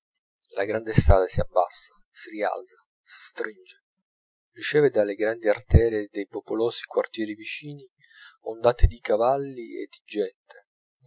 la grande strada s'abbassa si rialza si stringe riceve dalle grandi arterie dei popolosi quartieri vicini ondate di cavalli e di gente